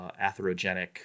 atherogenic